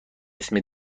اسم